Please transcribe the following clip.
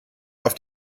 auf